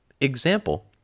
Example